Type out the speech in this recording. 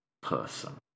person